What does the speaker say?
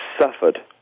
suffered